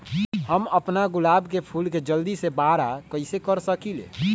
हम अपना गुलाब के फूल के जल्दी से बारा कईसे कर सकिंले?